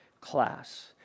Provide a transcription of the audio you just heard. class